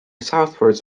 southwards